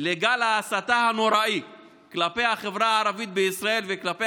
לגל ההסתה הנוראי כלפי החברה הערבית בישראל וכלפי